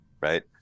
right